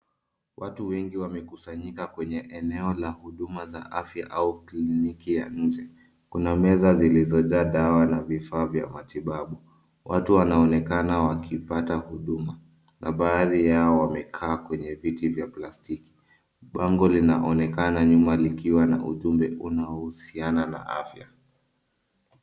Watu wengi wamekusanyika kwenye eneo la huduma za afya au kliniki ya nje kuna meza zilizo jaa dawa na vifaa vya matibabu. Watu wanaonekana wakipata huduma na baadhi yao wamekaa kwenye viti vya plastiki bango linaonekana nyuma likiwa na ujumbe unaohusiana na afya.